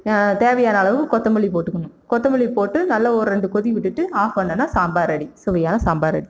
தேவையான அளவு கொத்தமல்லி போட்டுக்கணும் கொத்தமல்லி போட்டு நல்ல ஒரு ரெண்டு கொதி விட்டுவிட்டு ஆஃப் பண்ணோன்னா சாம்பார் ரெடி சுவையான சாம்பார் ரெடி